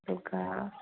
ꯑꯗꯨꯒ